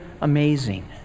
amazing